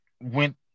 went